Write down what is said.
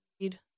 read